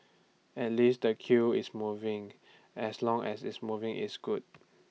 at least the queue is moving as long as it's moving it's good